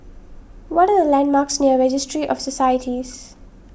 what are the landmarks near Registry of Societies